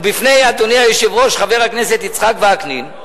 ובפני אדוני היושב-ראש, חבר הכנסת יצחק וקנין,